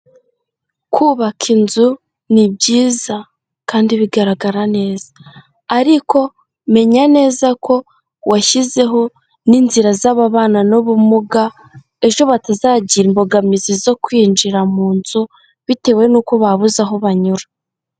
Kubaka inzu ni byiza kandi bigaragara neza, ariko menya neza ko washyizeho n'inzira z'ababana n'ubumuga ejo batazagira imbogamizi zo kwinjira mu nzu bitewe nuko babuze aho banyura.